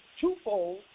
twofold